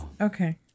okay